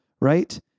right